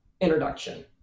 introduction